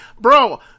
bro